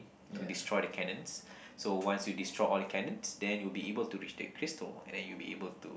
to destroy the cannons so once you destroy all the cannons then you will be able to reach the crystal and then you'll be able to